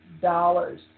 dollars